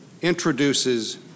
introduces